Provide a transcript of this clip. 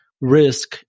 Risk